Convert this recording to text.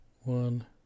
One